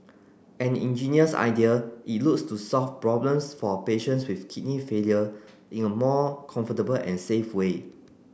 an ingenious idea it looks to solve problems for patients with kidney failure in a more comfortable and safe way